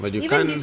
but you can't